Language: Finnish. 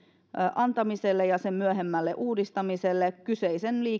antamiselle ja sen myöhemmälle uudistamiselle kyseisen